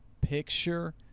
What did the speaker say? picture